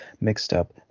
Mixed-Up